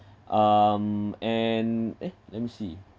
um and eh let me see